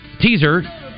teaser